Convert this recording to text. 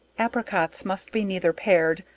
apricots, must be neither pared,